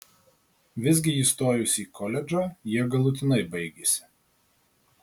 visgi įstojus į koledžą jie galutinai baigėsi